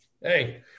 hey